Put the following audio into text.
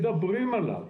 מדברים עליו,